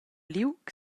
liug